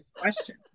question